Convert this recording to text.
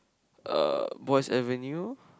uh Boyce Avenue